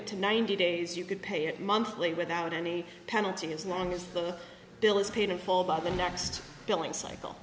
it to ninety days you could pay it monthly without any penalty as long as the bill is paid in full by the next billing cycle